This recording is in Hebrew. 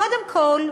קודם כול,